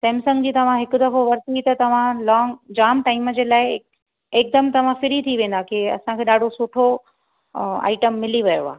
Samsung जी तव्हां हिकु दफ़ो वठी त तव्हां लोंग जाम टाइम जे लाइ एकदम तव्हां फ्री थी वेंदा कि असांखे ॾाढो सुठो ऐं आइटम मिली वियो आहे